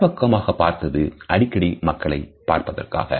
வலப்பக்கமாக பார்த்தது அடிக்கடி மக்களை பார்ப்பதற்காக